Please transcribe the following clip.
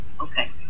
Okay